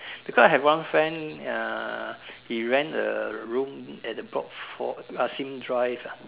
because I have one friend uh he rent the room at the block four Sim drive ah